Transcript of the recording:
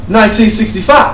1965